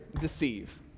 deceive